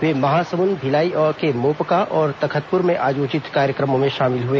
वे महासमुंद भिलाई के मोपका और तखतपुर में आयोजित कार्यक्रमों में शामिल हुए